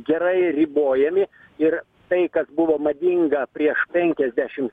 gerai ribojami ir tai kas buvo madinga prieš penkiasdešims